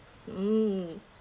mm